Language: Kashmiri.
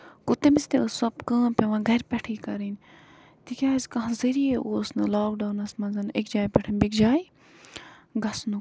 گوٚو تٔمِس تہِ ٲس سۄ کٲم پیوان گرِ پٮ۪ٹھٕے کَرٕنۍ تِکیازِ کانہہ ذٔریعے اوس نہٕ لاکڈَوَنَس منٛز اَکہِ جایہِ پٮ۪ٹھ بیٚکہِ جایہِ گژھنُک